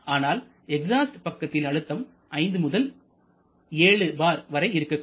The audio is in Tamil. ஆனால் எக்ஸாஸ்ட் பக்கத்தில் அழுத்தம் 5 முதல் 7 bar வரை இருக்கக்கூடும்